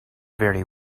very